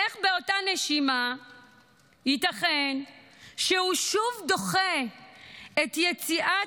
איך באותה נשימה ייתכן שהוא שוב דוחה את יציאת